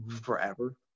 forever